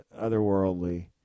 otherworldly